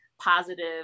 positive